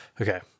okay